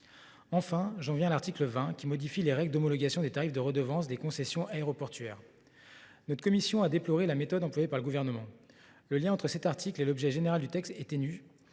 Enfin, j’en viens à l’article 20, qui modifie les règles d’homologation des tarifs de redevance des concessions aéroportuaires. Notre commission a déploré la méthode employée par le Gouvernement. En effet, le lien entre cet article et l’objet général du texte est ténu,